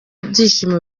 ibyishimo